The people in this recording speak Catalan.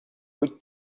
vuit